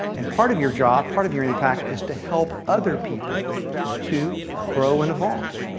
and part of your job, part of your impact, is to help other people to grow and evolve.